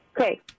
Okay